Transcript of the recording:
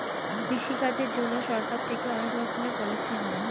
কৃষি কাজের জন্যে সরকার থেকে অনেক রকমের পলিসি হয়